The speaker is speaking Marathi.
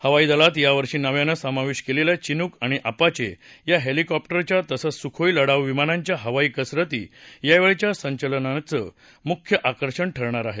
हवाई दलात यावर्षी नव्यानं समावेश केलेल्या चिनूक अपाचे हेलिकॉप्टरच्या तसंच सुखोई लढाऊ विमानांच्या हवाई कसरती यावेळच्या संचलनाचं मुख्य आकर्षण ठरणार आहे